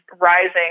rising